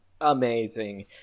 Amazing